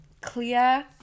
clear